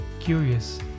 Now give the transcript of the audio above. curious